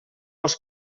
els